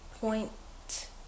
point